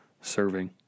serving